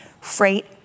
freight